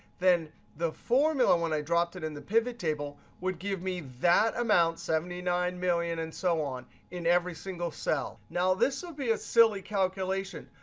then the formula when i drop it in the pivot table, would give me that amount seventy nine million, and so on in every single cell. now, this would be a silly calculation.